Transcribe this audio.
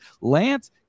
Lance